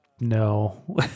No